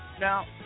Now